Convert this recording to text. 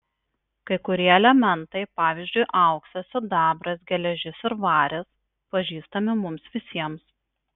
kai kurie elementai pavyzdžiui auksas sidabras geležis ir varis pažįstami mums visiems